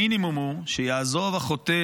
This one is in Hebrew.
המינימום הוא שיעזוב החוטא,